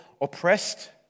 oppressed